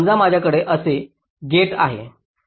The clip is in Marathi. समजा माझ्याकडे असे गेट आहे